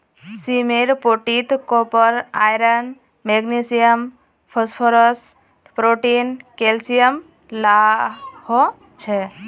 सीमेर पोटीत copper, iron, magnesium, phosphorus, protein, calcium ला हो छे